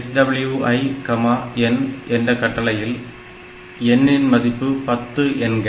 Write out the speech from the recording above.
SWI n என்ற கட்டளையில் n இன் மதிப்பு 10 என்க